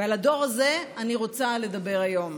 ועל הדור הזה אני רוצה לדבר היום.